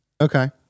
Okay